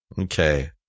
Okay